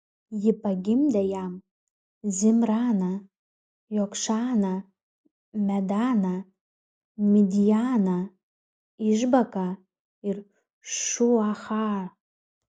ji pagimdė jam zimraną jokšaną medaną midjaną išbaką ir šuachą